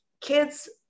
Kids